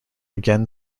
again